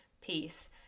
peace